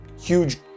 huge